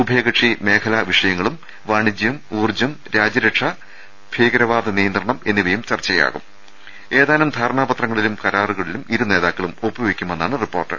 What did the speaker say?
ഉഭ യകക്ഷി മേഖലാ വിഷയങ്ങളും വാണിജ്യം ഊർജ്ജം രാജ്യരക്ഷാ ഭീകരവാദം എന്നിവ ചർച്ചയാവും ഏതാനും ധാരണാ പത്രങ്ങളിലും കരാറുകളിലും ഇരു നേതാക്കളും ഒപ്പുവെയ്ക്കുമെന്നാണ് റിപ്പോർട്ട്